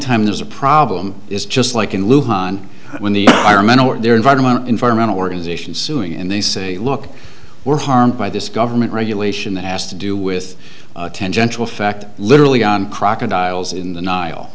time there's a problem is just like in on when the firemen or their environment environmental organisations suing and they say look we're harmed by this government regulation that has to do with tangential fact literally crocodiles in the nile